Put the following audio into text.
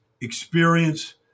experience